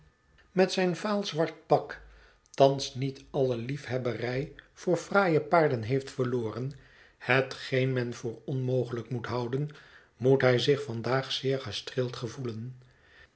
met zijn vaal zwart pak thans niet alle liefhebberij voor fraaie paarden heeft verloren hetgeen men voor onmogelijk moet houden moet hij zich vandaag zeer gestreeld gevoelen